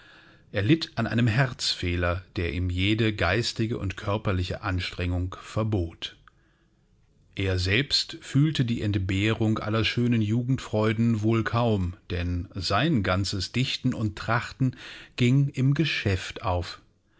er litt an einem herzfehler der ihm jede geistige und körperliche anstrengung verbot er selbst fühlte die entbehrung aller schönen jugendfreuden wohl kaum denn sein ganzes dichten und trachten ging im geschäft auf